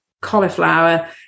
cauliflower